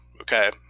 Okay